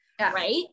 right